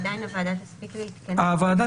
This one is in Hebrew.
עדיין הוועדה תספיק להתכנס --- הוועדה